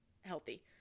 healthy